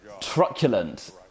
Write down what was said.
truculent